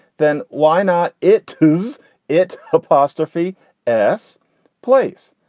then why not it? who's it? apostrophe s place?